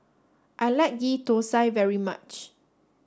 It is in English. I like Ghee Thosai very much